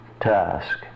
task